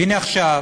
והנה עכשיו,